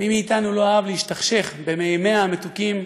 מי מאיתנו לא אהב להשתכשך במימיה המתוקים,